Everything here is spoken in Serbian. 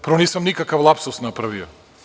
Prvo, nisam nikakav lapsus napravio.